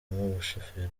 umushoferi